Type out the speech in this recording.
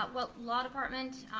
but well, law department,